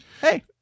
hey